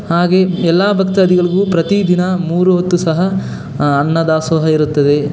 ಹಾಗೆ ಎಲ್ಲ ಭಕ್ತಾದಿಗಳಿಗೂ ಪ್ರತಿದಿನ ಮೂರು ಹೊತ್ತು ಸಹ ಅನ್ನ ದಾಸೋಹ ಇರುತ್ತದೆ